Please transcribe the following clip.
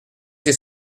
que